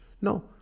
No